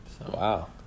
Wow